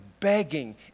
begging